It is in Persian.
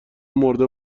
مرده